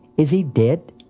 is he dead?